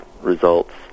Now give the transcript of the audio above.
results